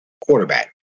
quarterback